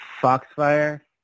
Foxfire